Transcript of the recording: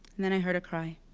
and then i heard a cry.